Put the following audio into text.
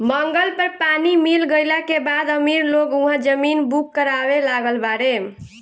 मंगल पर पानी मिल गईला के बाद अमीर लोग उहा जमीन बुक करावे लागल बाड़े